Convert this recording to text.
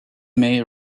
mae